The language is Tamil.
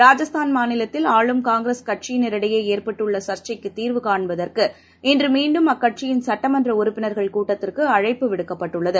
ராஜஸ்தான் மாநிலத்தில் ஆளும் காங்கிரஸ் கட்சியினரிடையேஏற்பட்டுள்ளசர்சசைக்குத் தீர்வு காண்பதற்கு இன்றுமீண்டும் அக்கட்சியின் சுட்டமன்றஉறுப்பினர்கள் கூட்டத்திற்கு அழைப்பு விடுக்கப்பட்டுள்ளது